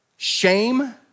shame